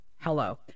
Hello